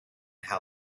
how